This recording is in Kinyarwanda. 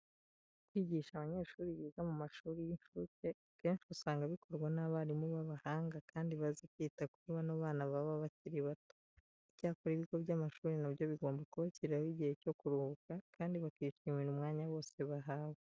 Kwigisha abanyeshuri biga mu mashuri y'incuke akenshi usanga bikorwa n'abarimu b'abahanga kandi bazi kwita kuri bano bana baba bakiri bato. Icyakora ibigo by'amashuri na byo bigomba kubashyiriraho igihe cyo kuruhuka kandi bakishimira umwanya wose bahawe.